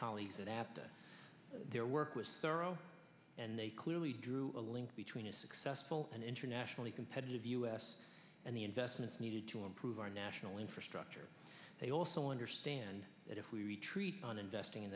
colleagues that after their work was thorough and they clearly drew a link between a successful and internationally competitive u s and the investments needed to improve our national infrastructure they also understand that if we retreat on investing in